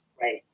right